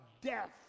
death